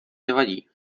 nevadí